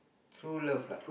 true love lah